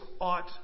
ought